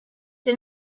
did